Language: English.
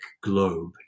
globe